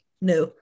no